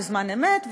בזמן אמת,